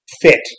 fit